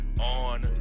on